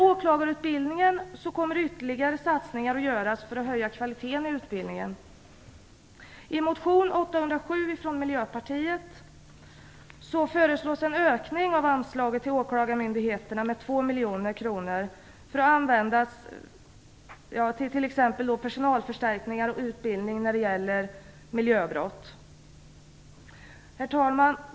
från Miljöpartiet föreslås en ökning av anslaget till åklagarmyndigheterna med 2 miljoner kronor för att användas exempelvis till personalförstärkningar och utbildning när det gäller miljöbrott. Herr talman!